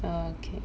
okay